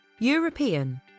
European